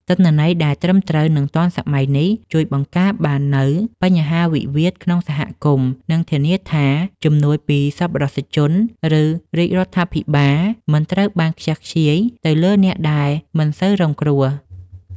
ទិន្នន័យដែលត្រឹមត្រូវ និងទាន់សម័យនេះ ជួយបង្ការបាននូវបញ្ហាវិវាទក្នុងសហគមន៍ និងធានាថាជំនួយពីសប្បុរសជន ឬរាជរដ្ឋាភិបាល មិនត្រូវបានខ្ជះខ្ជាយទៅលើអ្នកដែលមិនសូវរងគ្រោះ។